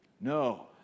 No